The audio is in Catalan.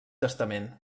testament